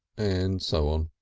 and so on.